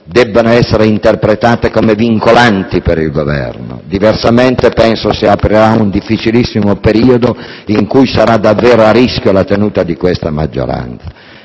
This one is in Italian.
debbano essere interpretate come vincolanti per il Governo; diversamente, penso si aprirà un difficilissimo periodo, in cui sarà davvero a rischio la tenuta di questa maggioranza.